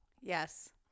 yes